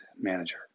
manager